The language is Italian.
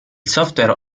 software